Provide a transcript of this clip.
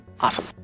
awesome